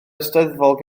eisteddfod